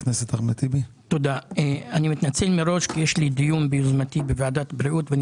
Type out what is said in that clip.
אני מתנצל מראש כי יש לי דיון ביוזמתי בוועדת הבריאות ואני